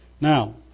Now